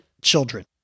children